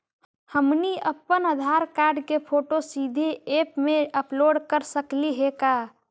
हमनी अप्पन आधार कार्ड के फोटो सीधे ऐप में अपलोड कर सकली हे का?